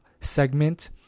segment